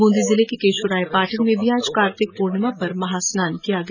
बूंदी जिले के केशोरायपाटन में भी आज कार्तिक पूर्णिमा पर महास्नान किया गया